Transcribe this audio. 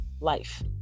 life